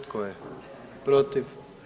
Tko je protiv?